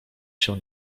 się